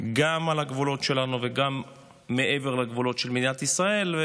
גם על הגבולות שלנו וגם מעבר לגבולות של מדינת ישראל.